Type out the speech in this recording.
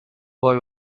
boy